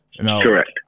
Correct